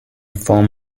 form